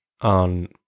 on